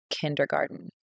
kindergarten